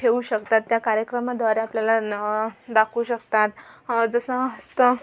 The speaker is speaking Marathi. ठेवू शकतात त्या कार्यक्रमाद्वारे आपल्याला दाखवू शकतात जसं हस्त